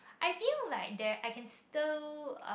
I feel like there I can still uh